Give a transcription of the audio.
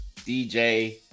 dj